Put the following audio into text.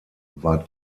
war